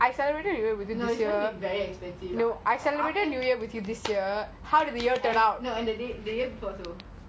ya ya I know new year christmas what if it's very expensive